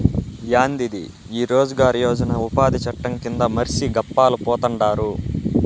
యాందిది ఈ రోజ్ గార్ యోజన ఉపాది చట్టం కింద మర్సి గప్పాలు పోతండారు